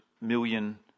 million